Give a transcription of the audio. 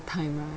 time right